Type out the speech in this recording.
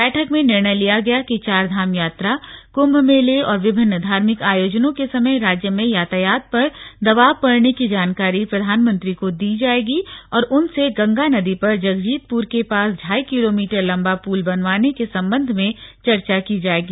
बैठक में निर्णय लिया गया कि चारधाम यात्रा कुम्भ मेले और विभिन्न धार्मिक आयोजनों के समय राज्य में यातायात पर दबाव पड़ने की जानकारी प्रधानमंत्री को दी जाएगी और उनसे गंगा नदी पर जगजीतपुर के पास ढ़ाई किलोमीटर लंबा पुल बनवाने के संबंध में चर्चा की जाएगी